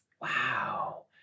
Wow